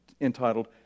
entitled